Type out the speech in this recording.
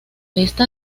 esta